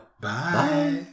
Bye